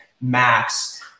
max